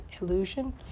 illusion